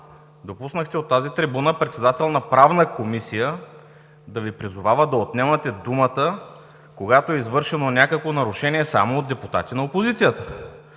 допуснахте от тази трибуна председател на Правна комисия да Ви призовава да отнемате думата, когато е извършено някакво нарушение само от депутати на опозицията.